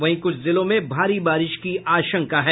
वहीं कुछ जिलों में भारी बारिश की आशंका है